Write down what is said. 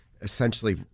essentially